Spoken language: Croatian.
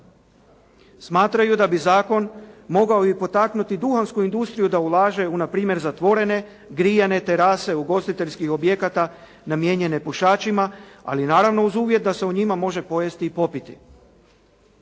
Smatraju da bi zakon mogao i potaknuti duhansku industriju da ulaže u npr. zatvorene grijane terase ugostiteljskih objekata namijenjene pušačima ali naravno uz uvjet da se u njima može pojesti i popiti.